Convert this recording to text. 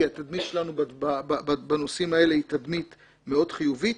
כי התדמית שלנו בנושאים האלה היא תדמית מאוד חיובית.